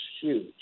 huge